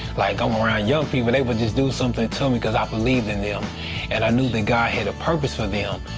like going um around young people, they would just do something to me, because i believed in them, and i knew that god had a purpose for them.